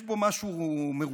יש בהם משהו מרושע.